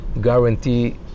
guarantee